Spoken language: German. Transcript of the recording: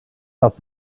das